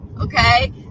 Okay